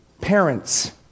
parents